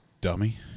dummy